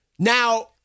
Now